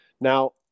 Now